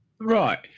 Right